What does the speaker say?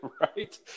right